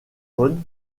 bonnes